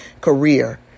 career